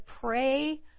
pray